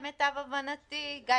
למיטב הבנתי גיא,